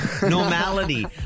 Normality